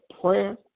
prayer